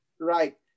Right